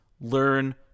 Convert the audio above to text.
learn